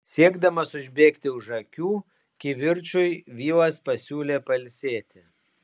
siekdamas užbėgti už akių kivirčui vilas pasiūlė pailsėti